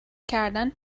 کردن